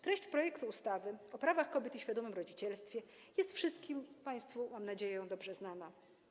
Treść projektu ustawy o prawach kobiet i świadomym rodzicielstwie jest wszystkim państwu, mam nadzieję, dobrze znana.